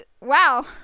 wow